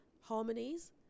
harmonies